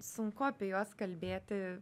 sunku apie juos kalbėti